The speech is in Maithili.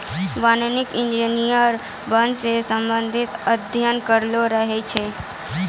वानिकी इंजीनियर वन से संबंधित अध्ययन करलो रहै छै